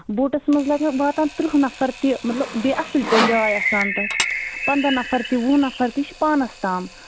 بوٹَس منٛز لگان واتان تٕرٛہ نَفر تہِ مطلب بیٚیہِ اَصٕل پٲٹھۍ جاے آسان تَتھ پَنٛداہ نَفر تہِ وُہ نَفر تہِ چھِ پانَس تام